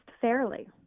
fairly